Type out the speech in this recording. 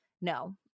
No